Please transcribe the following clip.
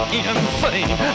insane